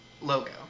logo